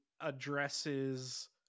addresses